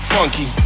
Funky